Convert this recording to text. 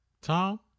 Tom